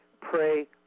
Pray